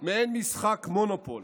מעין משחק מונופול